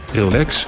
relax